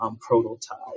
prototype